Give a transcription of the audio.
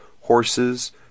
horses